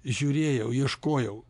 žiūrėjau ieškojau